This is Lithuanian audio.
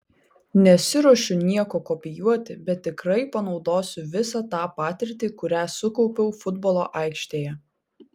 nesiruošiu nieko kopijuoti bet tikrai panaudosiu visą tą patirtį kurią sukaupiau futbolo aikštėje